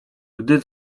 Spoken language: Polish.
gdy